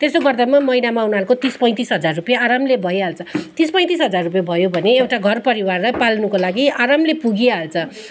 त्यसो गर्दामा महिनामा उनीहरूको तिस पैँतिस हजार रुपियाँ आरामले भइहल्छ तिस पैँतिस हजार रुपियाँ भयो भने एउटा घरको परिवारलाई पाल्नु लागि आरामले पुगिहाल्छ